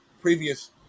previous